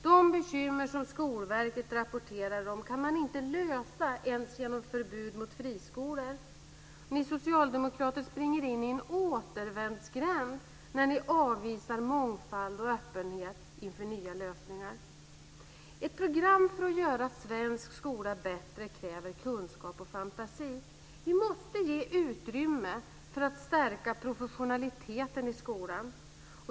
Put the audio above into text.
De bekymmer som Skolverket rapporterar om kan inte lösas ens genom förbud mot friskolor. Ni socialdemokrater springer in i en återvändsgränd när ni avvisar mångfald och öppenhet inför nya lösningar. Ett program för att göra svensk skola bättre kräver kunskap och fantasi. Vi måste ge utrymme för att stärka professionaliteten i skolan.